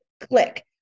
click